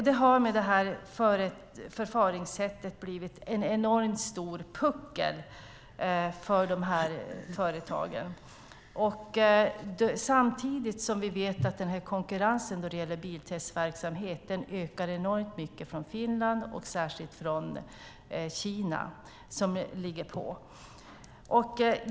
Det har med det här förfaringssättet blivit en enormt stor puckel för företagen samtidigt som vi vet att konkurrensen när det gäller biltestverksamhet ökar från Finland och särskilt från Kina som ligger på.